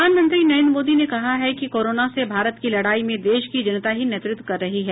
प्रधानमंत्री नरेन्द्र मोदी ने कहा है कि कोरोना से भारत की लड़ाई में देश की जनता ही नेतृत्व कर रही है